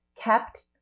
kept